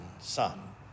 Son